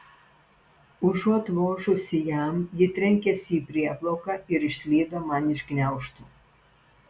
užuot vožusi jam ji trenkėsi į prieplauką ir išslydo man iš gniaužtų